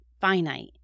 finite